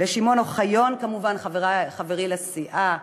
לשמעון אוחיון כמובן, חברי לסיעה,